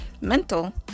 mental